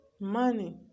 money